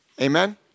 Amen